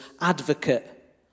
Advocate